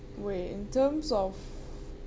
wait in terms of